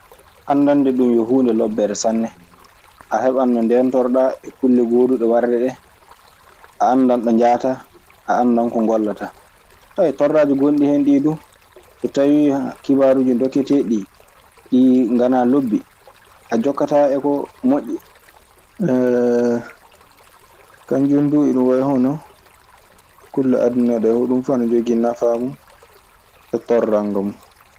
Anndande ɗun yo huunde lobbere non sanne. A heɓan no ndeentorɗaa e kulle gooduɗe warde ɗee, torlaaji gonɗi hen ɗii du. So tawii kibaruuji dokketeeɗi ɗii ɗi nganaa lobbi a jokkataa e ko moƴƴi. Kanjun duu iɗun wayi hono kulle aduna ɗee. Hoɗun fuu ana jogii nafaa mun e torlande mun.